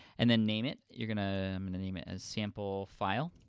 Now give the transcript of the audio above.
and then, name it. you're gonna, i'm gonna name it as sample file,